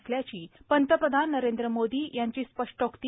असल्याची पंतप्रधान नरेंद्र मोदी यांची स्पष्टोक्ती